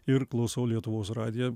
ir klausau lietuvos radiją